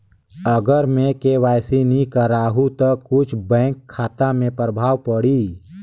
अगर मे के.वाई.सी नी कराहू तो कुछ बैंक खाता मे प्रभाव पढ़ी?